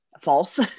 false